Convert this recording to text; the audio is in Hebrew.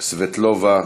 סבטלובה,